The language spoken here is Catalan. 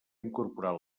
incorporar